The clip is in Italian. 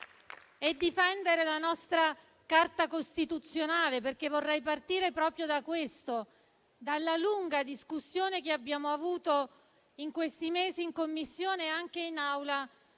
e la nostra Carta costituzionale. Vorrei partire proprio dalla lunga discussione che abbiamo avuto in questi mesi in Commissione e anche in Aula